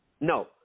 no